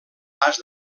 pas